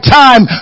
time